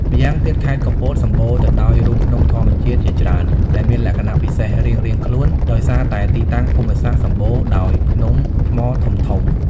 ម្យ៉ាងទៀត ខេត្តកំពតសម្បូរទៅដោយរូងភ្នំធម្មជាតិជាច្រើនដែលមានលក្ខណៈពិសេសរៀងៗខ្លួន ដោយសារតែទីតាំងភូមិសាស្ត្រសម្បូរដោយភ្នំថ្មធំៗ។